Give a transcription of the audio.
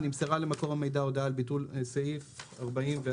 "נמסרה למקור המידע הודעה על ביטול סעיף 44(ג),